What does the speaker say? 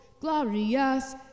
glorious